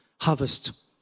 harvest